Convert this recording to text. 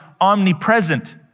omnipresent